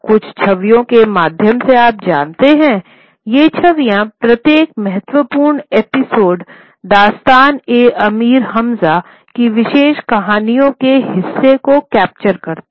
कुछ छवियों के माध्यम से आप जानते हैं ये छविया प्रत्येक महत्वपूर्ण एपिसोड दास्तान ए अमीर हमजा की विशेष कहानी के हिस्से को कैप्चर करती है